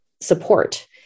support